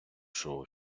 шоу